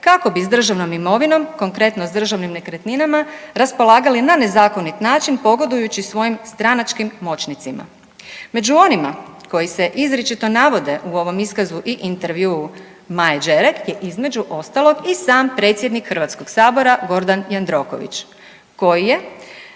kako bi s državnom imovinom, konkretno s državnim nekretninama raspolagali na nezakonit način pogodujući svojim stranačkim moćnicima. Među onima koji se izričito navode u ovom iskazu i intervjuu Maje Đerek je između ostalog i sam predsjednik HS-a Gordan Jandroković koji je